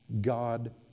God